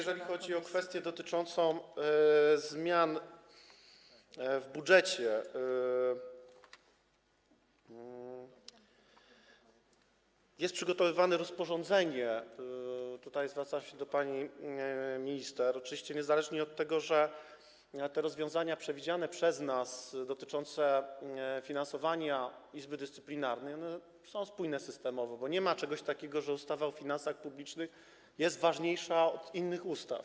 Jeżeli chodzi o kwestię dotyczącą zmian w budżecie, to jest przygotowywane rozporządzenie - tutaj zwracam się do pani minister - oczywiście niezależnie od tego, że te przewidziane przez nas rozwiązania dotyczące finansowania Izby Dyscyplinarnej są spójne systemowo, bo nie jest tak, że ustawa o finansach publicznych jest ważniejsza od innych ustaw.